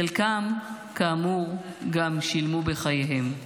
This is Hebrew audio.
חלקם, כאמור, גם שילמו בחייהם.